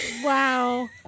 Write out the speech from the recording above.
Wow